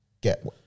get-